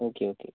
okay okay